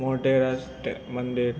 મોઢેરા સ્ટે મંદિર